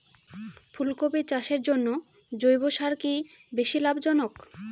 ফুলকপি চাষের জন্য জৈব সার কি বেশী লাভজনক?